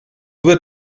wird